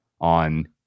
on